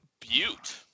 Butte